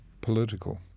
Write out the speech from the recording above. political